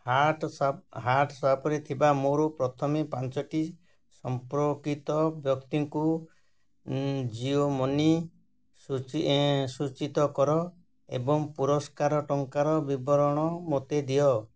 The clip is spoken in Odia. ହ୍ଵାଟ୍ସାପରେ ହ୍ଵାଟ୍ସାପରେ ପାଞ୍ଚ ଥିବା ମୋର ପ୍ରଥମଟି ସମ୍ପର୍କିତ ବ୍ୟକ୍ତିଙ୍କୁ ଜିଓ ମନି ସୂଚିତ କର ଏବଂ ପୁରସ୍କାର ଟଙ୍କାର ବିବରଣ ମୋତେ ଦିଅ